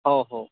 हो हो